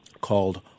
called